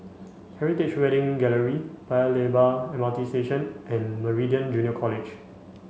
Heritage Wedding Gallery Paya Lebar M R T Station and Meridian Junior College